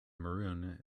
maroon